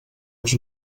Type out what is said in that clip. els